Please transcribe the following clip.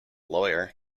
lawyer